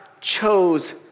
chose